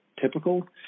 typical